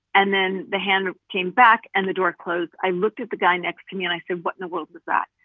and then the hand came back and the door closed. i looked at the guy next to me and i said what in the world was that.